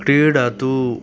क्रीडतु